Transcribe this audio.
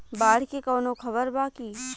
बाढ़ के कवनों खबर बा की?